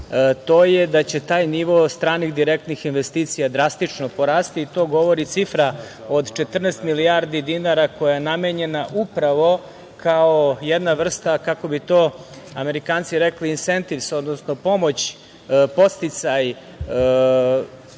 to je da će taj nivo stranih direktnih investicija drastično porasti i to govori cifra od 14 milijardi dinara koja je namenjena upravo kao jedna vrsta, kako bi to Amerikanci rekli - incentives, odnosno pomoć, podsticaji